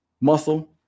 muscle